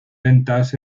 ventas